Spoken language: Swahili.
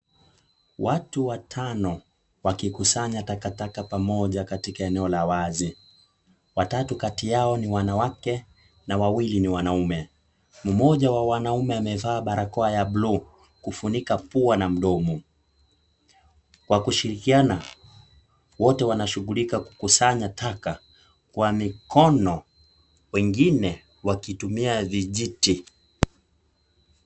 Watu watano wakikusanya takataka pamoja, katika eneo la wazi, watatu kati yao ni wanawake na wawili ni wanaume. Mmoja wa wanaume amevaa barakoa buluu kufunika pua na mdomo. Kwa kushiriana, wote wanashughulika kukusanya taka kwa mikono, wengine wakitumia vijiti.